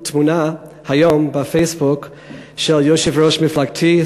היום תמונה בפייסבוק של יושב-ראש מפלגתי,